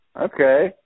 Okay